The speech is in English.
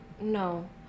no